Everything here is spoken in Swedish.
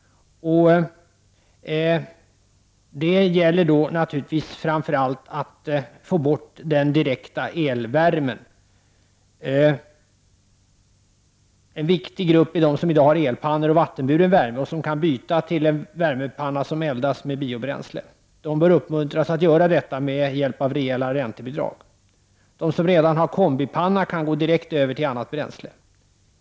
Det gäller då naturligtvis framför allt att få bort den direkta elvärmen. En viktig grupp är de som i dag har elpannor och vattenburen värme och som kan byta till en värmepanna som eldas med biobränsle. De bör uppmuntras att göra detta med hjälp av rejäla räntebidrag. De som redan har kombipanna kan direkt gå över till annat bränsle.